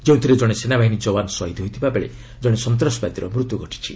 ଯେଉଁଥିରେ ଜଣେ ସେନାବାହିନୀ ଯବାନ ଶହୀଦ ହୋଇଥିବା ବେଳେ ଜଣେ ସନ୍ତାସବାଦୀର ମୃତ୍ୟୁ ଘଟିଛି